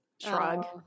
Shrug